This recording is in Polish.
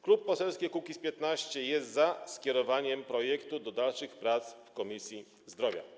Klub Poselski Kukiz’15 jest za skierowaniem projektu do dalszych prac w Komisji Zdrowia.